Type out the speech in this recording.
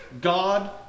God